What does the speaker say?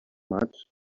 much